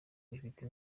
rifite